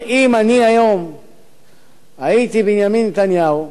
שאם אני היום הייתי בנימין נתניהו,